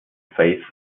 faith